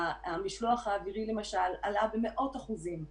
המשלוח האווירי עלה במאות אחוזים.